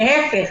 להפך,